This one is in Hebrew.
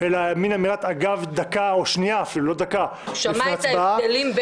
אלא --- דקה או שנייה לפני ההצבעה -- שמע את ההבדלים.